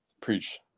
preach